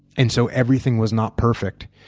and so everything was not perfect.